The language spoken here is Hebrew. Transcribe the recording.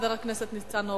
חבר הכנסת ניצן הורוביץ.